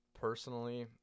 Personally